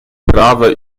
prawe